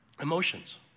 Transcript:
Emotions